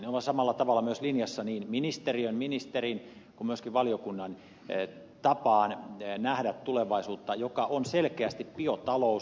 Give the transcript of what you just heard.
ne ovat samalla tavalla myös linjassa niin ministeriön ministerin kuin myöskin valiokunnan tapaan nähdä tulevaisuutta joka on selkeästi biotalous